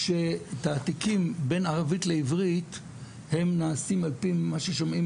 שתעתיקים בין ערבית לעברית הם נעשים על פי מה ששומעים